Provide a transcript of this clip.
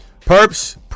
Perps